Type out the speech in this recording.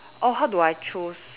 oh how do I choose